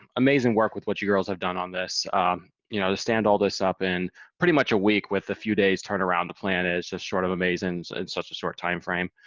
amazing work with what you girls have done on this you know to stand all this up in pretty much a week with a few days turnaround to plan is just short of amazing in such a short time frame.